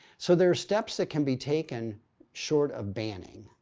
so there are steps that can be taken short of banning.